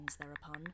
thereupon